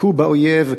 הכו באויב,